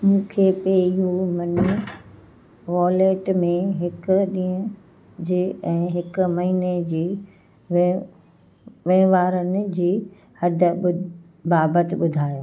मूंखे PayU Money wallet में हिक ॾींहं जे ऐं हिक महिने जी वहिंवारनि जी हदि ॿु बाबति ॿुधायो